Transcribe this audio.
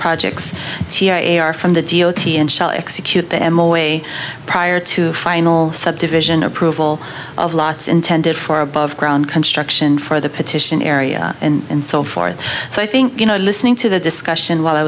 projects are from the d o t and shall execute them away prior to final subdivision approval of lots intended for above ground construction for the petition area and so forth so i think you know listening to the discussion while i